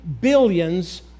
billions